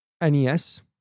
NES